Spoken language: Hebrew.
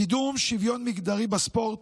קידום שוויון מגדרי בספורט,